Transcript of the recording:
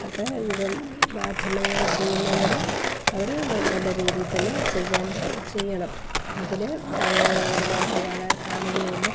അപ്പം ഇത് മാധ്യമങ്ങൾ ചെയ്യുന്നവർ അവർ ന നല്ല രീതിയിൽത്തന്നെ ചെയ്യാൻ ചെ ചെയ്യണം എങ്കിലേ ആളുകൾ കൂടുതലായിട്ട് കാണാൻ കാണുകയുള്ളു